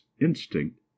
instinct